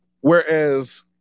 Whereas